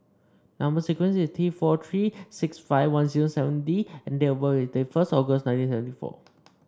number sequence is T four three six five one zero seven D and date of birth is they first August nineteen seventy four